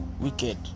wicked